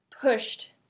pushed